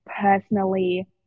personally